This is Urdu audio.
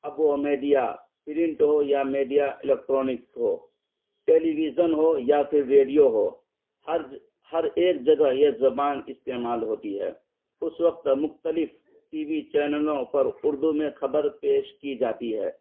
اب وہ میڈیا پرنٹ ہو یا میڈیا الیکٹرانک ہو ٹیلی ویژن ہو یا پھر ریڈیو ہو ہرج ہر ایک جگہ یہ زبان استعمال ہوتی ہے اس وقت مختلف ٹی وی چینلوں پر اردو میں خبر پیش کی جاتی ہے